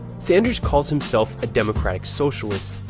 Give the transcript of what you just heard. sanders calls himself a democratic socialist.